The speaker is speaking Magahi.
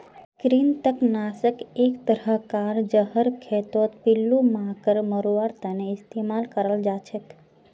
कृंतक नाशक एक तरह कार जहर खेतत पिल्लू मांकड़ मरवार तने इस्तेमाल कराल जाछेक